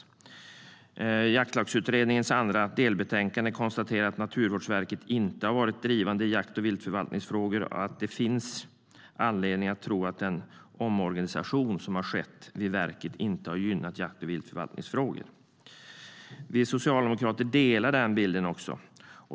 I Jaktlagsutredningens andra delbetänkande konstateras att Naturvårdsverket inte har varit drivande i jakt och viltförvaltningsfrågor och att det finns anledning att tro att den omorganisation som skett vid verket inte har gynnat jakt och viltförvaltningsfrågorna. Vi socialdemokrater delar den bilden.